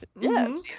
Yes